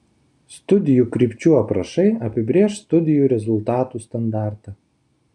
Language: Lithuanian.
studijų krypčių aprašai apibrėš studijų rezultatų standartą